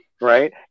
right